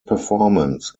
performance